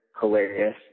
Hilarious